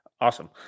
Awesome